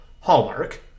hallmark